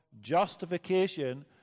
justification